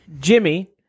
Jimmy